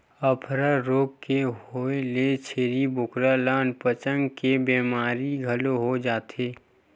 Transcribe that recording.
अफारा रोग के होए ले छेरी बोकरा ल अनपचक के बेमारी घलो हो जाथे